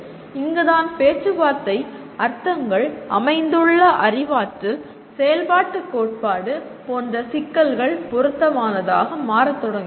இங்குதான் பேச்சுவார்த்தை அர்த்தங்கள் அமைந்துள்ள அறிவாற்றல் செயல்பாட்டுக் கோட்பாடு போன்ற சிக்கல்கள் பொருத்தமானதாக மாறத் தொடங்குகின்றன